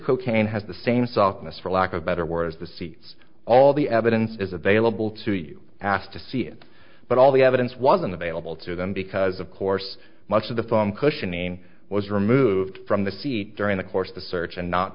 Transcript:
cocaine has the same softness for lack of better word as the seats all the evidence is available to you ask to see it but all the evidence wasn't available to them because of course much of the phone cushioning was removed from the seat during the course the search and not